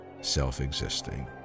self-existing